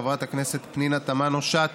חברת הכנסת פנינה תמנו-שטה.